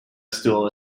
stool